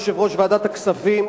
יושב-ראש ועדת הכספים,